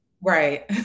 Right